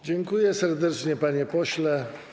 Dziękuję serdecznie, panie pośle.